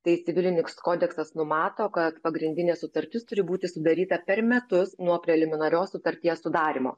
tai civiliniks kodeksas numato kad pagrindinė sutartis turi būti sudaryta per metus nuo preliminarios sutarties sudarymo